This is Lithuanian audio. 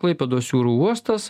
klaipėdos jūrų uostas